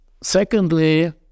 Secondly